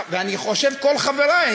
ואני חושב שכל חברי,